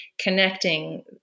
connecting